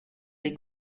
des